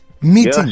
Meeting